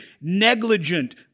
negligent